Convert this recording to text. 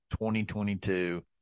2022